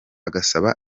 agasaba